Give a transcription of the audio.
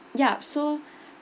ya so